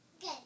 Good